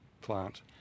plant